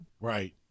Right